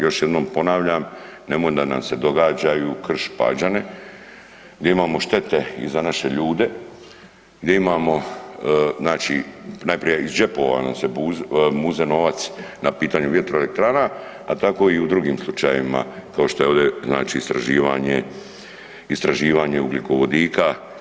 Još jednom ponavljam nemojte da nam se događaju Krš Pađane gdje imamo štete i za naše ljude, gdje imamo znači najprije iz džepova nam se muze novac na pitanju vjetroelektrana, a tako i u drugim slučajevima kao što je ovdje znači istraživanje ugljikovodika.